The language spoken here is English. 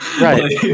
Right